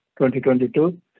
2022